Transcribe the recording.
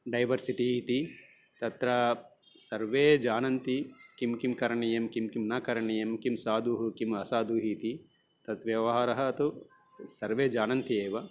diversity इति तत्र सर्वे जानन्ति किं किं करणीयं किं किं न करणीयं किं साधुः किम् असाधुः इति तं व्यवहारं तु सर्वे जानन्ति एव